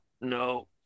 no